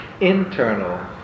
internal